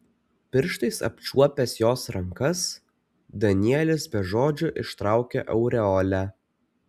pirštais apčiuopęs jos rankas danielis be žodžių ištraukė aureolę